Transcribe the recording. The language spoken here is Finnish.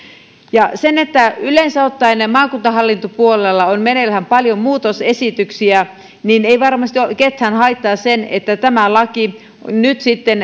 kun yleensä ottaen maakuntahallintopuolella on meneillään paljon muutosesityksiä niin ei varmasti ketään haittaa se että tämä laki nyt sitten